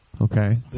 Okay